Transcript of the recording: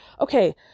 okay